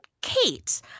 Kate